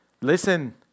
Listen